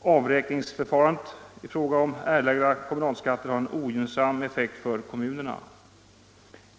Avräkningsförfarandet i fråga om erlagda kommunalskatter har en ogynnsam effekt för kommunerna.